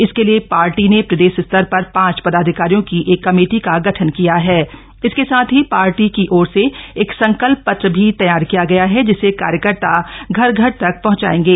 इसके लिये पार्टी ने प्रदेशस्तर पर पांच पदाधिकारियों की एक कमेटी का गठन किया हण इसके साथ ही पार्टी की ओर से एक संकल्प पत्र भी तघ्रार किया गया ह जिसे कार्यकर्ता घर घर तक पहंचायेंगे